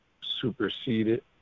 superseded